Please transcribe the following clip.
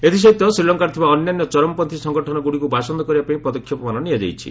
ଏଥିସହିତ ଶ୍ରୀଲଙ୍କାରେ ଥିବା ଅନ୍ୟାନ୍ୟ ଚରମପନ୍ଥୀ ସଂଗଠନଗୁଡ଼ିକୁ ବାସନ୍ଦ କରିବା ପାଇଁ ପଦକ୍ଷେପମାନ ନିଆଯାଇଛି